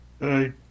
Hey